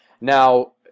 Now